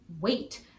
wait